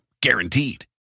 guaranteed